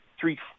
three